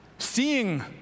seeing